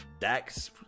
Dax